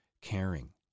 caring